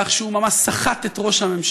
שם הוא מדבר על כך שהוא ממש סחט את ראש הממשלה,